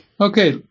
Okay